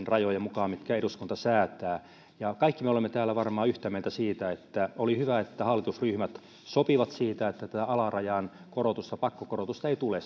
rajojen mukaan mitkä eduskunta säätää kaikki me olemme täällä varmaan yhtä mieltä siitä että oli hyvä että hallitusryhmät sopivat siitä että tätä alarajan pakkokorotusta ei tule